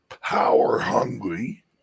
power-hungry